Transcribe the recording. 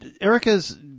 Erica's